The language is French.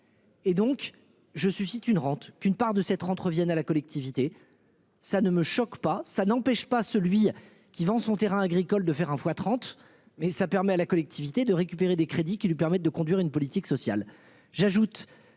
Et donc je suis une rente qu'une part de cette rente revienne à la collectivité. Ça ne me choque pas, ça n'empêche pas celui qui vend son terrain agricole de faire un foie 30 mais cela permet à la collectivité de récupérer des crédits qui lui permettent de conduire une politique sociale.